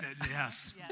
yes